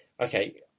Okay